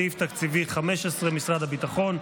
סעיף תקציבי 15, משרד הביטחון,